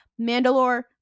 Mandalore